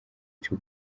cyo